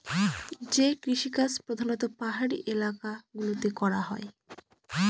যে কৃষিকাজ প্রধানত পাহাড়ি এলাকা গুলোতে করা হয়